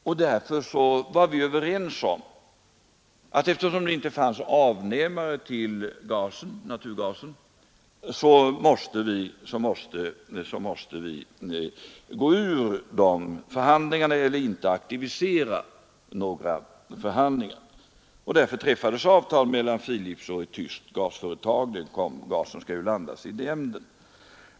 Vi var överens om att eftersom det inte fanns avnämare till naturgasen, måste vi dra oss ur dessa förhandlingar eller inte aktivisera dem. Därför träffades avtal mellan Philips och ett tyskt gasföretag — gasen skall ju landas i Emden.